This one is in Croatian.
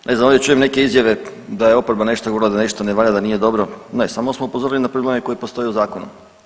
Ne znam ovdje čujem neke izjave da je oporba nešto govorila da nešto ne valja, da nije dobro, ne samo smo upozorili na probleme koji postoje u zakonu.